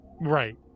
Right